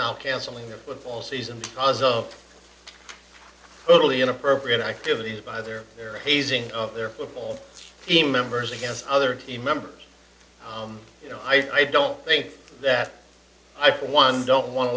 now canceling their football season cause of early inappropriate activities by their their raising of their football team members against other team members you know i don't think that i for one don't want to